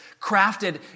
crafted